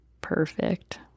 perfect